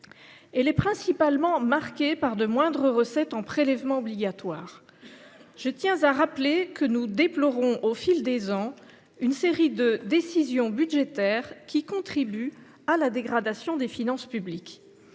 Elle est principalement marquée par de moindres recettes en prélèvements obligatoires. Je tiens à rappeler que nous déplorons, au fil des ans, une série de décisions budgétaires qui contribuent à la dégradation des finances publiques.